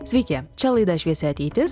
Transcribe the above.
sveiki čia laida šviesi ateitis